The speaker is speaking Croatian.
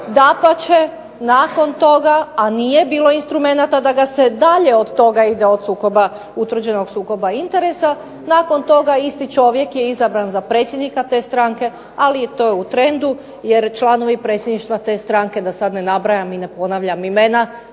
dapače nakon toga a nije bilo instrumenata da ga se dalje ide od utvrđenog sukoba interesa, nakon toga isti čovjek je izabran za predsjednika te stranke ali to je u trendu jer članovi predsjedništva te stranke da sada ne ponavljam i ne nabrajam imena